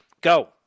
Go